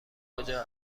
کجا